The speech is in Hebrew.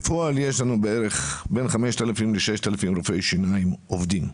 בפועל יש לנו בערך בין 5,000 ל-6,000 רופאי שיניים עובדים,